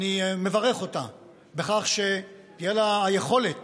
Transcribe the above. אני מברך אותה שתהיה לה היכולת